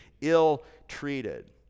ill-treated